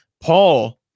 Paul